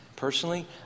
Personally